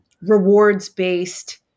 rewards-based